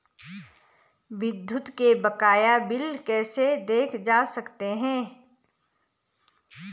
विद्युत के बकाया बिल कैसे देखे जा सकते हैं?